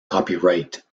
copyright